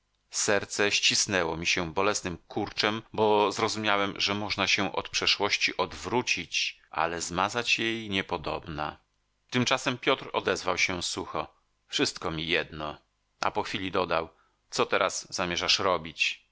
serce ścisnęło mi się bolesnym kurczem bo zrozumiałem że można się od przeszłości odwrócić ale zmazać jej niepodobna tymczasem piotr odezwał się sucho wszystko mi jedno a po chwili dodał co teraz zamierzasz robić